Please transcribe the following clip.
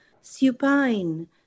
supine